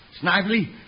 Snively